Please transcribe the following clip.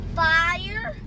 fire